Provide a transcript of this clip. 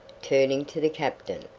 turning to the captain.